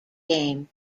game